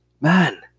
man